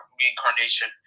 reincarnation